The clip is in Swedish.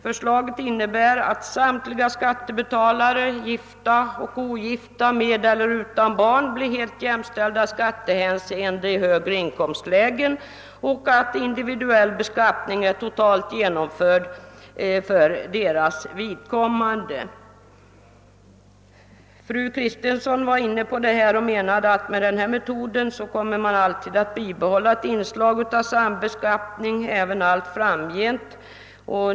Förslaget innebär att samtliga skattebetalare — gifta och ogifta, med eller utan barn — blir helt jämställda i skattehänseende i högre inkomstlägen och att individuell beskattning är totalt genomförd för deras vidkommande. Fru Kristensson var inne på den här frågan och menade att med den här metoden kommer ett inslag av sambeskattning att bibehållas allt framgent.